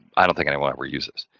i don't think anyone ever uses.